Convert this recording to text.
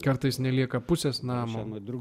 kartais nelieka pusės namo durų